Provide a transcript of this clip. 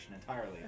entirely